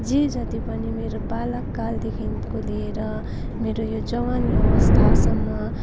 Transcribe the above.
जे जति पनि मेरो बालक कालदेखिको लिएर मेरो यो जवानी अवस्थासम्म